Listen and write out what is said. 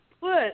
put